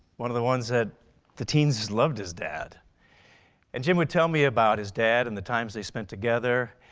one of the ones that the teens loved his dad and jim would tell me about his dad and the times they spent together.